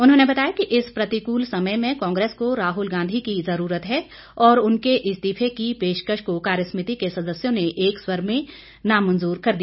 उन्होंने बताया कि इस प्रतिकूल समय में कांग्रेस को राहुल गांधी की ज़रूरत है और उनके इस्तीफे की पेशकश को कार्यसमिति के सदस्यों ने एक स्वर से नामंजूर कर दिया